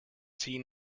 seen